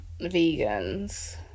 vegans